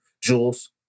Jules